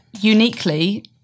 uniquely